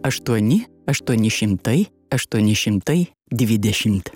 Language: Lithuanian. aštuoni aštuoni šimtai aštuoni šimtai dvidešimt